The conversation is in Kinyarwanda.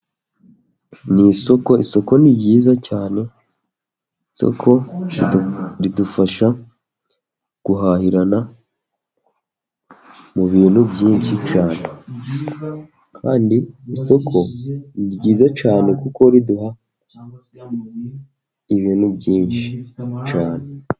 Ni isoko, isoko ni ryiza cyane, isoko ridufasha guhahirana mu bintu byinshi cyane, kandi isoko ni ryiza cyane kuko riduha ibintu byinshi cyane.